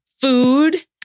food